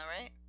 right